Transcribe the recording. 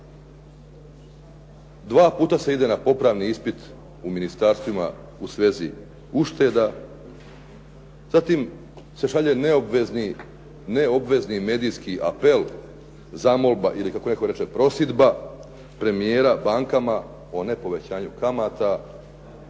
Dva puta se ide na popravni ispit u ministarstvima u svezi ušteda, zatim se šalje neobvezni medijski apel, zamolba ili kako netko reče prosidba premijera bankama o nepovećanju kamata